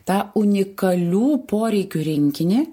tą unikalių poreikių rinkinį